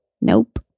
Nope